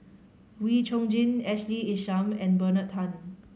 Wee Chong Jin Ashley Isham and Bernard Tan